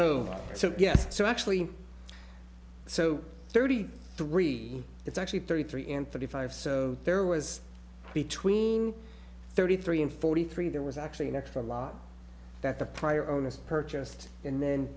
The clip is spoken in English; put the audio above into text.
oh so yes so actually so thirty three it's actually thirty three and thirty five so there was between thirty three and forty three there was actually an extra lot that the prior owners purchased and then